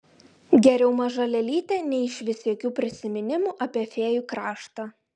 geriau maža lėlytė nei išvis jokių prisiminimų apie fėjų kraštą